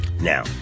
Now